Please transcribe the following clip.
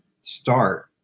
start